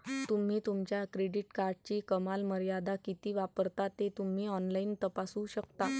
तुम्ही तुमच्या क्रेडिट कार्डची कमाल मर्यादा किती वापरता ते तुम्ही ऑनलाइन तपासू शकता